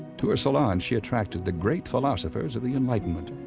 to her salon she attracted the great philosophers of the enlightenment.